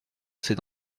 c’est